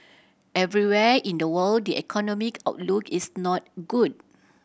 everywhere in the world the economic outlook is not good